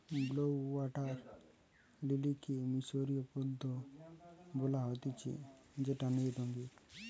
blue water লিলিকে মিশরীয় পদ্ম ও বলা হতিছে যেটা নীল রঙের